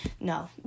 no